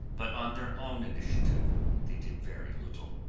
but on their own initiative they did very little.